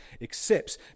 accepts